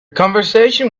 conversation